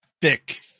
thick